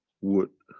would